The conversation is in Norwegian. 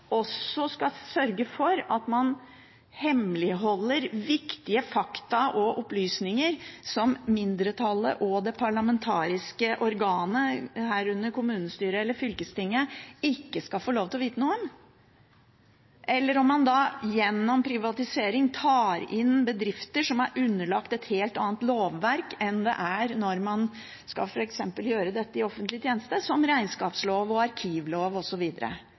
også skal sørge for at man hemmeligholder viktige fakta og opplysninger som mindretallet og det parlamentariske organet, herunder kommunestyret eller fylkestinget, ikke skal få lov til å vite noe om. Eller om man gjennom privatisering tar inn bedrifter som er underlagt et helt annet lovverk enn det som gjelder når man f.eks. skal gjøre dette i offentlig tjeneste, som regnskapslov, arkivlov